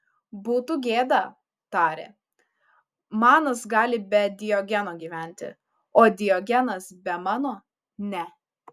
būtų gėda tarė manas gali be diogeno gyventi o diogenas be mano ne